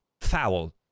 foul